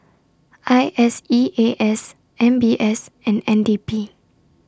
I S E A S M B S and N D P